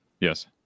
Yes